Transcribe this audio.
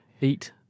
eat